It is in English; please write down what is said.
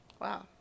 Wow